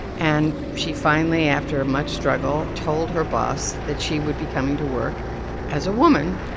and she finally, after much struggle, told her boss that she would be coming to work as a woman.